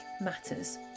matters